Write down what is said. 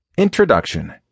Introduction